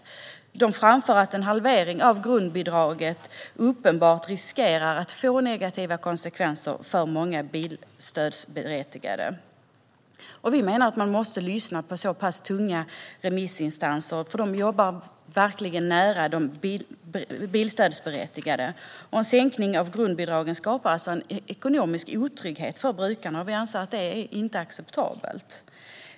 Man framför att en halvering av grundbidraget uppenbart riskerar att få negativa konsekvenser för många bilstödsberättigade. Vi menar att man måste lyssna på så pass tunga remissinstanser, för de jobbar verkligen nära de bilstödsberättigade. En sänkning av grundbidragen skapar alltså en ekonomisk otrygghet för brukarna, och vi anser att det inte är acceptabelt.